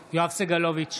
סגלוביץ'